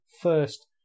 First